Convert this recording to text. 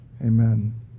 Amen